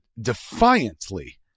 defiantly